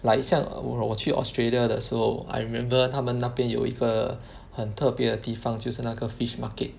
like 一向 when 我去 Australia 的时候 I remember 他们那边有一个很特别的地方就是那个 fish market